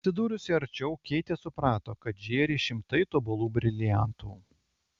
atsidūrusi arčiau keitė suprato kad žėri šimtai tobulų briliantų